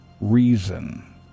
reason